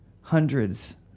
hundreds